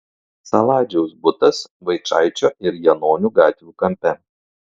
saladžiaus butas vaičaičio ir janonių gatvių kampe